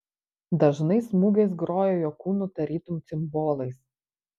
dažnais smūgiais grojo jo kūnu tarytum cimbolais